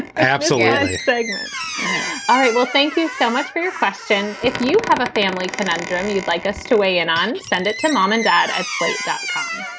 absolute segments all right. well, thank you so much for your question. if you have a family conundrum you'd like us to weigh in on. send it to mom and dad at slate dot com.